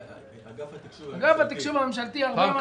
יש לאגף התקשוב הממשלתי הרבה מה ללמוד,